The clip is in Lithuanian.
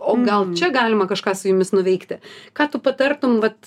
o gal čia galima kažką su jumis nuveikti ką tu patartum vat